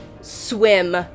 swim